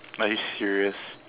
are you serious